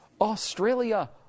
Australia